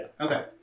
Okay